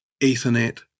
Ethernet